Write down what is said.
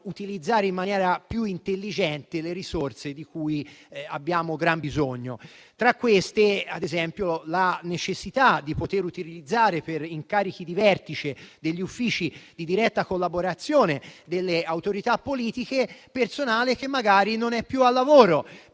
utilizzare in maniera più intelligente le risorse di cui abbiamo gran bisogno. Tra queste, ad esempio, la necessità di poter utilizzare, per incarichi di vertice degli uffici di diretta collaborazione delle autorità politiche, personale che magari non è più al lavoro.